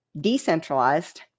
decentralized